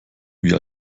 wie